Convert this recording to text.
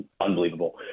Unbelievable